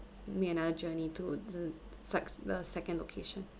make another journey to the sec~ the second location